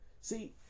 See